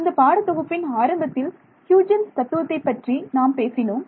இந்தப் பாட தொகுப்பின் ஆரம்பத்தில் ஹ்யூஜென்ஸ் தத்துவத்தைப் பற்றி நாம் பேசினோம்